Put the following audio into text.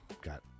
Got